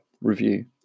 review